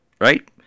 right